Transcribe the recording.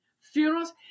funerals